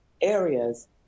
areas